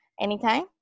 anytime